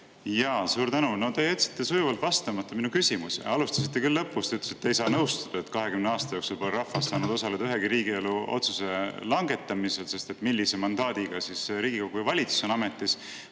Suur tänu! Te jätsite sujuvalt vastamata minu küsimuse. Alustasite küll lõpust ja ütlesite, et ei saa nõustuda, et 20 aasta jooksul pole rahvas saanud osaleda ühegi riigielu otsuse langetamisel, sest et millise mandaadiga siis Riigikogu ja valitsus on ametis.